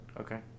Okay